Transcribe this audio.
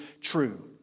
true